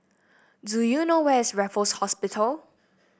do you know where is Raffles Hospital